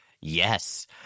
Yes